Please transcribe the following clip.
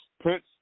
Prince